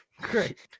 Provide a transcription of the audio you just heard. Great